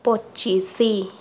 ପଚିଶ